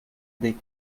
dei